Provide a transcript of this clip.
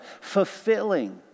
Fulfilling